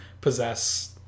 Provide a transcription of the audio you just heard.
possess